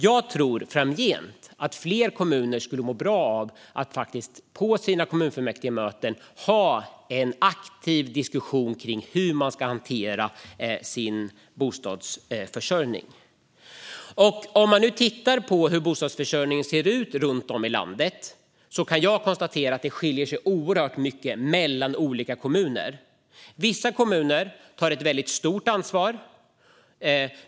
Jag tror att fler kommuner framgent skulle må bra av att på sina kommunfullmäktigemöten föra en aktiv diskussion om hur man ska hantera sin bostadsförsörjning. Låt oss titta på hur bostadsförsörjningen ser ut runt om i landet. Jag kan konstatera att det skiljer sig oerhört mycket mellan olika kommuner. Vissa kommuner tar ett stort ansvar.